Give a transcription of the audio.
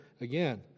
again